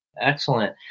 excellent